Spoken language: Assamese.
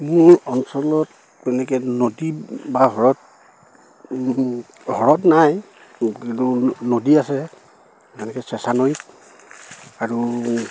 মোৰ অঞ্চলত তেনেকে নদী বা হৰত হ্ৰদ নাই কিন্তু নদী আছে এনেকে চেঁচানৈ আৰু